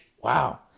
Wow